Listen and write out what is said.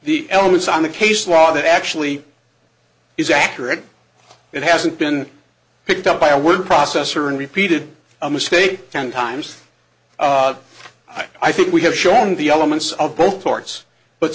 the elements on the case law that actually is accurate it hasn't been picked up by a word processor and repeated a mistake ten times i think we have shown the elements of both parts but